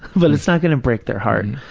but it's not going to break their heart. and